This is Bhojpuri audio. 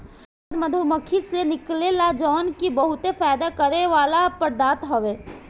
शहद मधुमक्खी से निकलेला जवन की बहुते फायदा करेवाला पदार्थ हवे